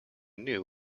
new